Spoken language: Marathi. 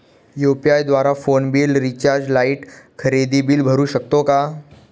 यु.पी.आय द्वारे फोन बिल, रिचार्ज, लाइट, खरेदी बिल भरू शकतो का?